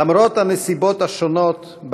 למרות הנסיבות השונות,